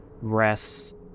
rest